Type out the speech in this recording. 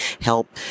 help